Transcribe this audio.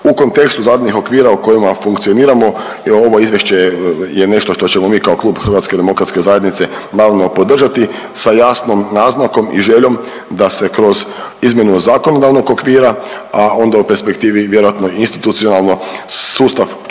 U kontekstu zadanih okvira u kojima funkcioniramo je ovo izvješće je nešto što ćemo mi kao Klub HDZ-a, naravno, podržati sa jasnom naznakom i željom d se kroz izmjenu zakonodavnog okvira, a onda u perspektivi vjerojatno institucionalno sustav